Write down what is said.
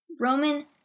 Roman